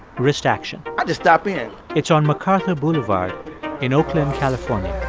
wrist action i just stop in it's on macarthur boulevard in oakland, calif.